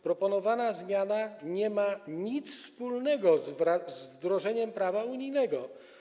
Proponowana zmiana nie ma nic wspólnego z wdrożeniem prawa unijnego.